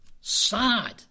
sad